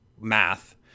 math